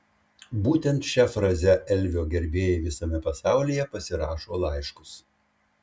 būtent šia fraze elvio gerbėjai visame pasaulyje pasirašo laiškus